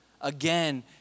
Again